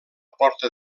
porta